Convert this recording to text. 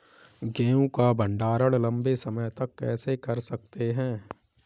गेहूँ का भण्डारण लंबे समय तक कैसे कर सकते हैं?